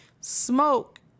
smoke